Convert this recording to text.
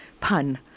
pun